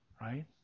Right